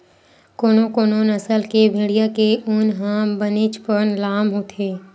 कोनो कोनो नसल के भेड़िया के ऊन ह बनेचपन लाम होथे